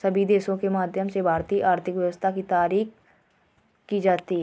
सभी देशों के माध्यम से भारतीय आर्थिक व्यवस्था की तारीफ भी की जाती है